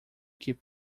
keep